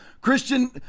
Christian